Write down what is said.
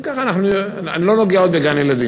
ואני עוד לא נוגע בגן-ילדים.